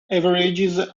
averages